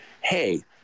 hey